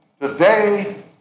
Today